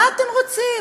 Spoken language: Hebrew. מה אתם רוצים?